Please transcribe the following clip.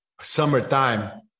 summertime